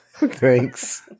Thanks